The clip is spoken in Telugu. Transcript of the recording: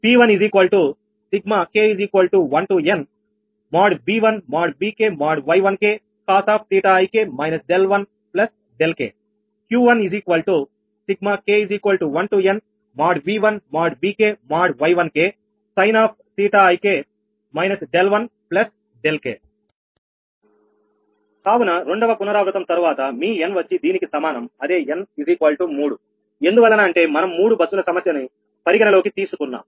P1 k1nV1VkY1k cosik 1 k Q1 k1nV1VkY1k sinik 1 k కావున రెండవ పునరావృతం తరువాత మీ n వచ్చి దీనికి సమానం అదే n3ఎందువలన అంటే మనం మూడు బస్సుల సమస్యను పరిగణలోకి తీసుకున్నాం